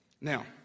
Now